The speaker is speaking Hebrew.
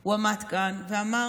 הוא עמד כאן ואמר: